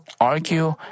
argue